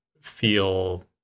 feel